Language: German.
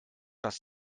das